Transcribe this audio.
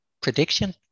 prediction